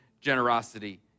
generosity